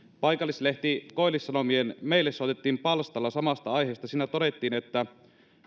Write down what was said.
paikallislehti koillissanomien meille soitettiin palstalla samasta aiheesta siinä todettiin että